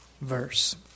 verse